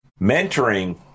Mentoring –